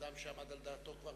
בן-אדם שעמד על דעתו כבר